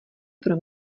pro